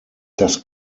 das